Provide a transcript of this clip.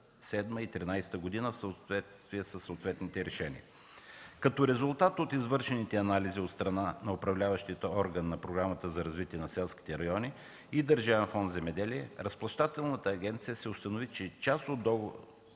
2007-2013 г. в съответствие със съответните решения. Като резултат от извършените анализи от страна на управляващия орган на Програмата за развитие на селските райони и Държавен фонд „Земеделие” в Разплащателната агенция се установи, че по част от